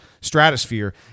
stratosphere